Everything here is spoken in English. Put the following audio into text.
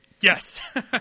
Yes